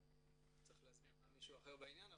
צריך להזמין לכאן מישהו אחר בעניין,